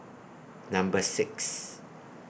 Number six